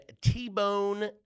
T-Bone